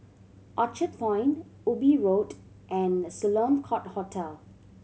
Orchard Point Ubi Road and Sloane Court Hotel